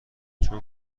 چون